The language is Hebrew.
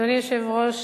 אדוני היושב-ראש,